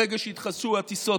ברגע שיתחדשו הטיסות,